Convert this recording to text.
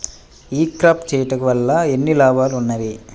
ఈ క్రాప చేయుట వల్ల ఎన్ని లాభాలు ఉన్నాయి?